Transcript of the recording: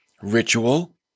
ritual